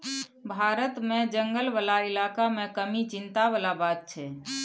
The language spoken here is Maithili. भारत मे जंगल बला इलाका मे कमी चिंता बला बात छै